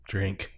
Drink